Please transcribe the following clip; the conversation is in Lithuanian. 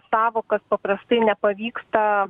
sąvokas paprastai nepavyksta